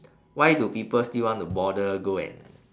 why do people still want to bother go and